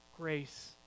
grace